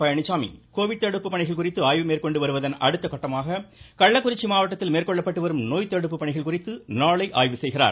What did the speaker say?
Palaniswami Covid தடுப்பு பணிகள் குறித்து ஆய்வு மேற்கொண்டு வருவதன் அடுத்தகட்டமாக கள்ளக்குறிச்சி மாவட்டத்தில் மேற்கொள்ளப்பட்டு வரும் நோய்தடுப்பு பணிகள் குறித்து நாளை ஆய்வு செய்கிறார்